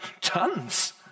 Tons